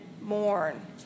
mourn